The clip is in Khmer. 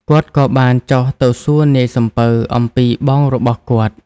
គាត់ក៏បានចុះទៅសួរនាយសំពៅអំពីបងរបស់គាត់។